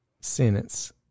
sentence